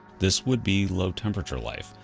this would be low temperature life,